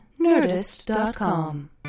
nerdist.com